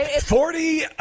Forty